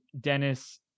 Dennis